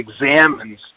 examines